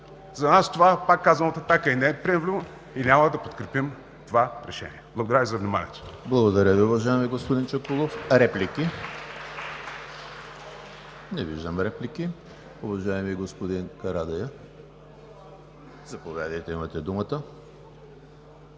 „Атака“ това, пак казвам, не е приемливо и няма да подкрепим това решение. Благодаря Ви за вниманието.